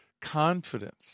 confidence